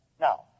Now